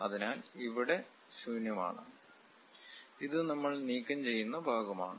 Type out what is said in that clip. അതിനാൽ ഇവിടെ ശൂന്യമാണ് ഇത് നമ്മൾ നീക്കംചെയ്യുന്ന ഭാഗമാണ്